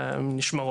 ולכן